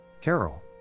Carol